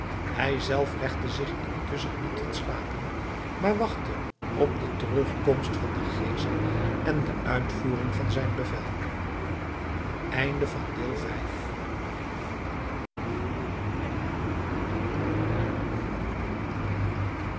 hijzelf legde zich intusschen niet tot slapen maar wachtte op de terugkomst van den geest en de uitvoering van zijn bevel